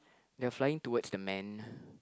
they are flying towards the man